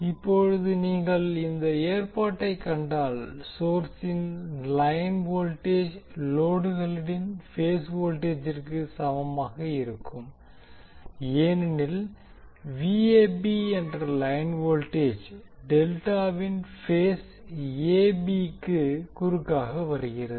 இப்போது நீங்கள் இந்த ஏற்பாட்டைக் கண்டால் சோர்ஸின் லைன் வோல்டேஜ் லோடுகளின் பேஸ் வோல்டேஜிற்கு சமமாக இருக்கும் ஏனெனில் என்ற லைன் வோல்டேஜ் டெல்டாவின் பேஸ் எ பி க்கு குறுக்காக வருகிறது